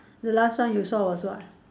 the last time you saw was what